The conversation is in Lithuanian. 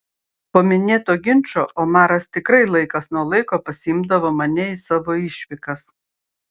po minėto ginčo omaras tikrai laikas nuo laiko pasiimdavo mane į savo išvykas